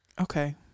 Okay